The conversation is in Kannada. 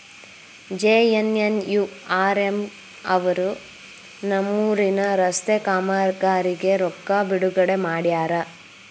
ಜೆ.ಎನ್.ಎನ್.ಯು.ಆರ್.ಎಂ ಅವರು ನಮ್ಮೂರಿನ ರಸ್ತೆ ಕಾಮಗಾರಿಗೆ ರೊಕ್ಕಾ ಬಿಡುಗಡೆ ಮಾಡ್ಯಾರ